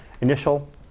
initial